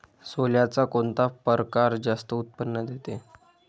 सोल्याचा कोनता परकार जास्त उत्पन्न देते?